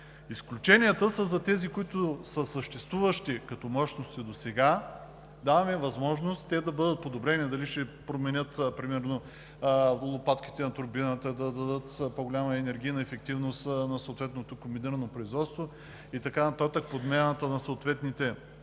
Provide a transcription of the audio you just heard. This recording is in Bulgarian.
Изключенията са за съществуващите мощности досега. Даваме възможност те да бъдат одобрени – дали ще променят примерно лопатките на турбината, за да дадат по-голяма енергийна ефективност на съответното комбинирано производство и така нататък, подмяна на съответните